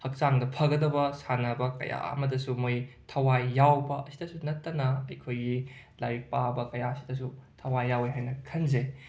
ꯍꯛꯆꯥꯡꯗ ꯐꯒꯗꯕ ꯁꯥꯟꯅꯕ ꯀꯌꯥ ꯑꯃꯗꯁꯨ ꯃꯣꯏ ꯊꯋꯥꯏ ꯌꯥꯎꯕ ꯑꯁꯤꯗꯁꯨ ꯅꯠꯇꯅ ꯑꯩꯈꯣꯏꯒꯤ ꯂꯥꯏꯔꯤꯛ ꯄꯥꯕ ꯀꯌꯥ ꯑꯁꯤꯗꯁꯨ ꯊꯋꯥꯏ ꯌꯥꯎꯏ ꯍꯥꯏꯅ ꯈꯟꯖꯩ